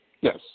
Yes